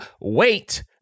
wait